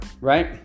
right